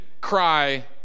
cry